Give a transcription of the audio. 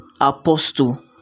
Apostle